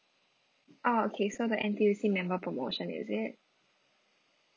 oh okay so the N_T_U_C member promotion is it